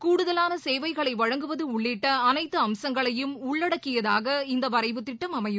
கூடுதவான சேவைகளை வழங்குவது உள்ளிட்ட அனைத்து அம்சங்களையும் உள்ளடக்கியதாக இந்த வரைவு திட்டம் அமையும்